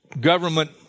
government